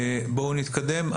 בואו נתקדם.